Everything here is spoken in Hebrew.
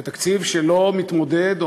זה תקציב שלא מתמודד,